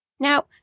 Now